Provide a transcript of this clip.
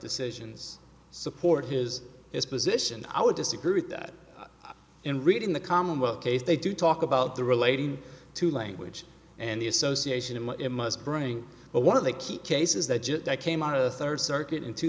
decisions support his position i would disagree with that in reading the commonwealth case they do talk about the relating to language and the association and what it must bring but one of the key cases that just came out of the third circuit in two